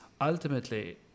ultimately